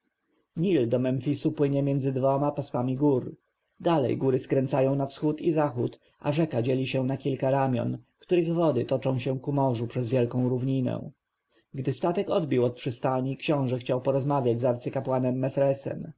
nil do memfisu płynie między dwoma pasmami gór dalej góry skręcają na wschód i zachód a rzeka dzieli się na kilka ramion których wody toczą się ku morzu przez wielką równinę gdy statek odbił od przystani książę chciał porozmawiać z arcykapłanem